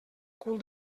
cul